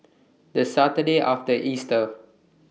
The Saturday after Easter